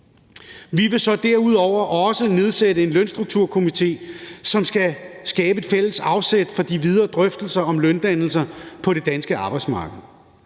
Vi vil så derudover også nedsætte en lønstrukturkomité, som skal skabe et fælles afsæt for de videre drøftelser om løndannelser på det danske arbejdsmarked.